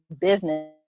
business